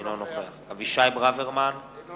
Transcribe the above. אינו נוכח אבישי ברוורמן, אינו